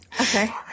okay